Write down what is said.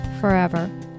forever